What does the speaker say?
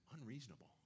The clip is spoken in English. Unreasonable